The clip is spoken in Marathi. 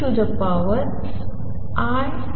घेऊ शकतो